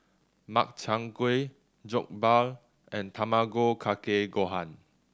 Makchang Gui Jokbal and Tamago Kake Gohan